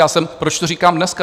Já jsem proč to říkám dneska?